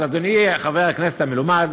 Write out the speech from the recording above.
אז אדוני חבר הכנסת המלומד,